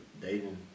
dating